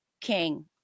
king